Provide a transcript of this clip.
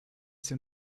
sea